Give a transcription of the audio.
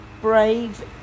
brave